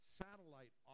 satellite